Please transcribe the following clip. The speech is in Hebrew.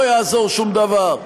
לא יעזור שום דבר,